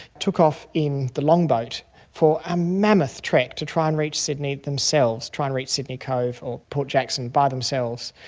took off in the longboat for a mammoth trek to try and reach sydney themselves, try and reach sydney cove or port jackson by themselves,